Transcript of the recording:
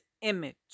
image